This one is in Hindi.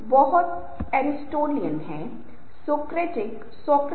इसलिए शुरुआत में यह ओरिएंटेशन होना चाहिए और एक बार वे उस ओरिएंटेशन के साथ शुरू करते हैं